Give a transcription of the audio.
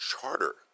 charter